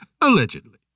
Allegedly